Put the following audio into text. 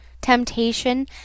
TEMPTATION